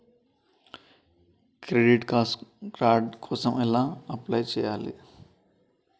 Credit card కోసం ఎలా apply చేసుకోవాలి?